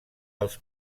els